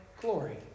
glory